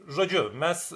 žodžiu mes